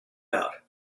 out